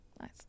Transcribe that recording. Nice